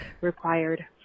Required